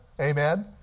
Amen